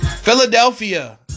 Philadelphia